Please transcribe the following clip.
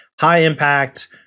high-impact